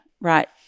right